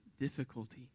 difficulty